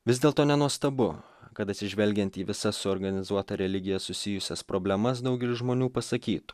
vis dėlto nenuostabu kad atsižvelgiant į visas suorganizuota religija susijusias problemas daugelis žmonių pasakyt